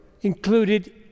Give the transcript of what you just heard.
included